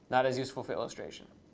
not as useful for illustration.